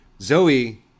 Zoe